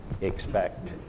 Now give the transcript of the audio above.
expect